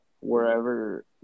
wherever